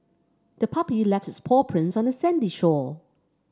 the puppy left its paw prints on the sandy shore